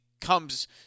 comes